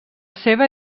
seva